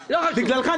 מה פתאום, בגללך.